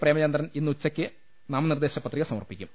പ്രേമചന്ദ്രൻ ഇന്ന് ഉച്ചയ്ക്ക് നാമനിർദ്ദേശപത്രിക സമർപ്പിക്കും